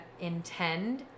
intend